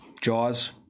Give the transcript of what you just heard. Jaws